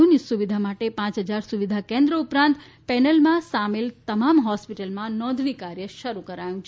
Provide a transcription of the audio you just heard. લાભાર્થીઓની સુવિધા માટે ાંચ હજાર સુવિધા કેન્દ્રો ઉપ રાંત લેનલમાં સામેલ તમમામ હોસ્તિ ટલોમાં નોંધણી કામ શરૂ કરાયું છે